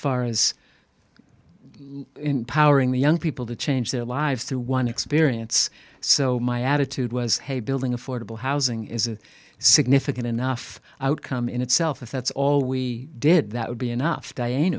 far as powering the young people to change their lives through one experience so my attitude was hey building affordable housing is a significant enough outcome in itself if that's all we did that would be enough